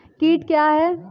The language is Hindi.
कीट क्या है?